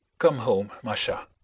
come home, masha.